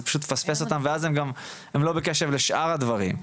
זה פשוט לפספס אותם ואז הם לא בקשב לשאר הדברים,